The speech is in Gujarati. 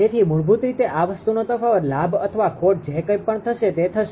તેથી મૂળભૂત રીતે આ વસ્તુનો તફાવત લાભ અથવા ખોટ જે કંઈ પણ થશે તે થશે